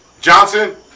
Johnson